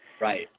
Right